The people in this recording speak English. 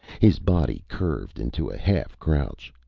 his body curved into a half crouch.